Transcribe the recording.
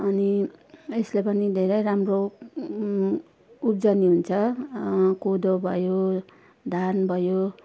अनि यसले पनि धेरै राम्रो उब्जनी हुन्छ कोदो भयो धान भयो